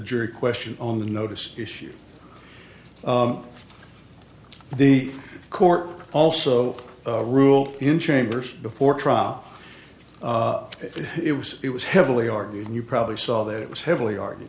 jury question on the notice issue the court also ruled in chambers before trial it was it was heavily argued and you probably saw that it was heavily argue